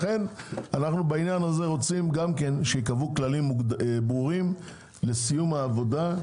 לכן אנחנו בעניין הזה רוצים גם כן שיקבעו כללים ברורים לסיום העבודה.